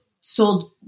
sold